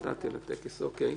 אוקי.